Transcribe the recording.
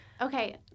Okay